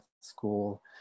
school